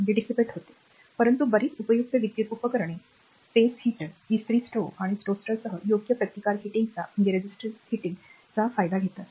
हा प्रभाव प्रत्यक्षात घेणे इष्ट नाही परंतु बरीच उपयुक्त विद्युत उपकरणे स्पेस हीटर इस्त्री स्टोव्ह आणि टोस्टरसह योग्य प्रतिकार गरम करण्याचा फायदा घेतात